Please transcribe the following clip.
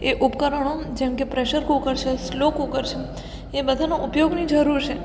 એ ઉપકરણો જેમ કે પ્રેશર કુકર છે સ્લો કુકર છે એ બધાનો ઉપયોગની જરૂર છે